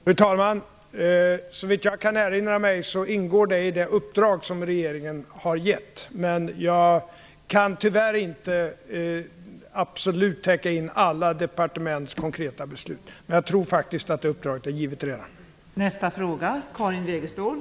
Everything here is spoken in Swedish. Fru talman! Såvitt jag vet ingår den frågan i det uppdrag som regeringen har gett. Jag kan tyvärr inte täcka in alla departements konkreta beslut. Men jag tror att det har givits ett sådant uppdrag.